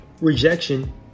rejection